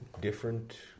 different